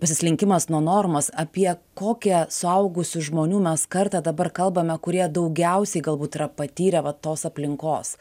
pasislinkimas nuo normos apie kokią suaugusių žmonių mes kartą dabar kalbame kurie daugiausiai galbūt yra patyrę va tos aplinkos